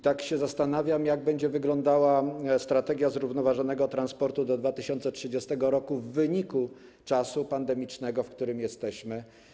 Tak się zastanawiam, jak będzie wyglądała „Strategia zrównoważonego rozwoju transportu do 2030 r.” z powodu czasu pandemicznego, w którym jesteśmy.